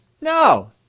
No